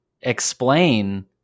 explain